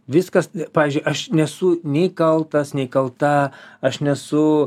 viskas pavyzdžiui aš nesu nei kaltas nei kalta aš nesu